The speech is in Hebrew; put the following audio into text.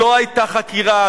לא היתה חקירה,